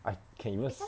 I can even sm~